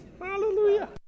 Hallelujah